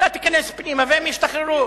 אתה תיכנס פנימה והם ישתחררו,